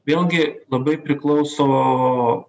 vėlgi labai priklauso